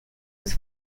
was